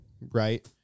right